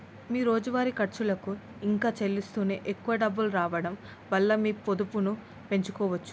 మీ రోజువారీ ఖర్చులకు ఇంకా చెల్లిస్తూనే ఎక్కువ డబ్బులు రావడం వల్ల మీ పొదుపును పెంచుకోవచ్చు